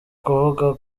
kuvuga